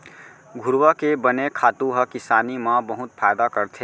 घुरूवा के बने खातू ह किसानी म बहुत फायदा करथे